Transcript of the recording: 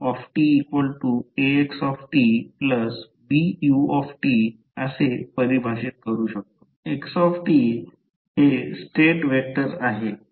जेव्हा आपण या स्लाइडमध्ये नुकतीच पाहिली गेलेली सर्व समीकरणे संकलित करतो तेव्हा आपण त्यांना xtAxtBut या मॅट्रिक्सच्या रूपात रिप्रेझेंट करू शकतो xt स्टेट व्हेक्टर आहे